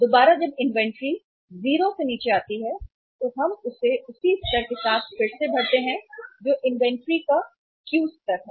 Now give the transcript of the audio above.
दोबारा जब इन्वेंट्री 0 से नीचे आती है तो हम इसे उसी स्तर के साथ फिर से भरते हैं जो इन्वेंट्री का Q स्तर है